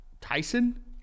Tyson